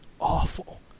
awful